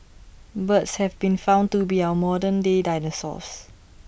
birds have been found to be our modern day dinosaurs